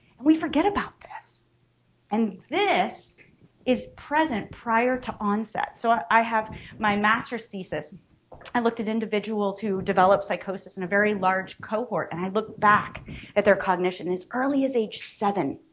and we forget about this and this is present prior to onset. so i i have my master's thesis i looked at individuals who developed psychosis in a very large cohort and i looked back at their cognition as early as age seven